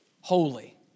holy